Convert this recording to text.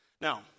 Now